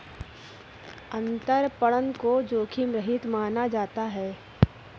अंतरपणन को जोखिम रहित माना जाता है